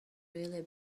really